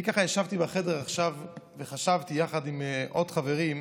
אני ישבתי בחדר עכשיו וחשבתי, יחד עם עוד חברים,